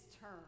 turn